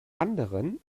anderen